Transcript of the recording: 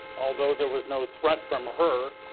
although there was no threat from her.